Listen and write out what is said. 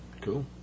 Cool